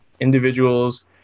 individuals